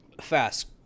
fast